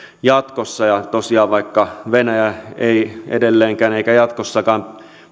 jatkossa ja tosiaan vaikka venäjä ei edelleenkään eikä jatkossakaan